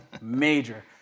major